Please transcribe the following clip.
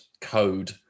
code